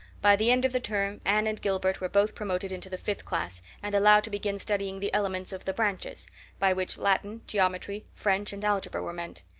by the end of the term anne and gilbert were both promoted into the fifth class and allowed to begin studying the elements of the branches by which latin, geometry, french, and algebra were meant.